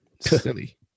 silly